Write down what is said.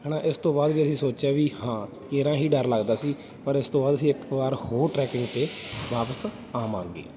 ਹੈ ਨਾ ਇਸ ਤੋਂ ਬਾਅਦ ਵੀ ਅਸੀਂ ਸੋਚਿਆ ਵੀ ਹਾਂ ਕੇਰਾਂ ਹੀ ਡਰ ਲੱਗਦਾ ਸੀ ਪਰ ਇਸ ਤੋਂ ਬਾਅਦ ਅਸੀਂ ਇੱਕ ਵਾਰ ਹੋਰ ਟਰੈਕਿੰਗ 'ਤੇ ਵਾਪਸ ਆਵਾਂਗੇ